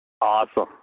Awesome